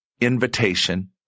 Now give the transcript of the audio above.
invitation